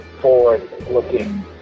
forward-looking